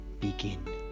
begin